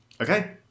okay